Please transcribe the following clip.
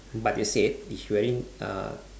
but you said he wearing a